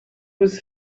was